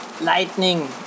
lightning